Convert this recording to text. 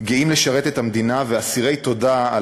גאים לשרת את המדינה ואסירי תודה על